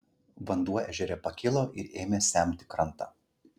vanduo ežere pakilo ir ėmė semti krantą